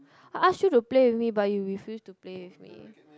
I ask you to play with me but you refuse to play with me